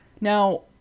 Now